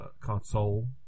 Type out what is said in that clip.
Console